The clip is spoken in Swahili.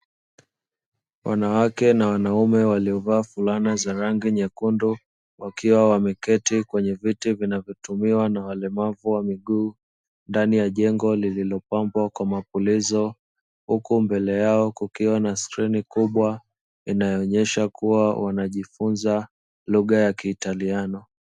Wanawake na wanaume waliovaa fulana za rangi nyekundu wakiwa wameketi kwenye viti vinavyotumiwa na walemavu wa miguu, ndani ya jengo lililopambwa kwa mapulizo huku mbele yao kukiwa na skrini kubwa inaonyesha kuwa wanajifunza lugha ya kiitaliano.